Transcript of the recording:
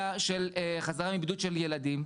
של חזרה מבידוד של ילדים.